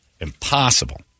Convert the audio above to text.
Impossible